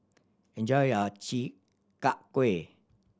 enjoy your Chi Kak Kuih